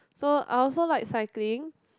so I also like cycling